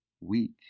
Weak